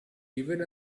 even